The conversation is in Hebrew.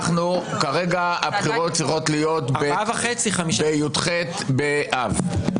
כרגע הבחירות צריכות להיות בי"ח באב.